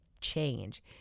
change